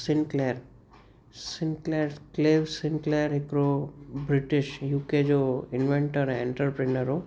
Sinclair Sinclair Clive Sinclair हिकिड़ो British UK जो inventor ऐं एंटरप्रेन्योर हुओ